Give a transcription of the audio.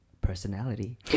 personality